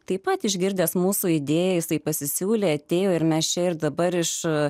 taip pat išgirdęs mūsų idėją jisai pasisiūlė atėjo ir mes čia ir dabar iš